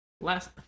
Last